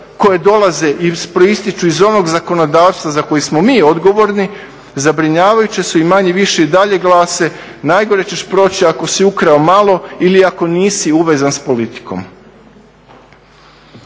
koje dolaze i proističu iz onog zakonodavstva za koje smo mi odgovorni zabrinjavajući su i manje-više i dalje glase najgore ćeš proći ako si ukrao malo ili ako nisi uvezan s politikom.